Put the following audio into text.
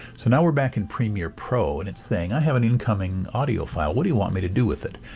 so now we're back in premier pro and it's saying, i have an incoming audio file. what do you want me to do with it?